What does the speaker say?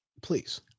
Please